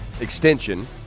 extension